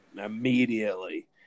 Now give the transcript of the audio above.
Immediately